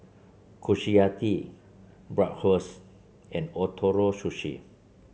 Kushiyaki Bratwurst and Ootoro Sushi